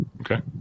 Okay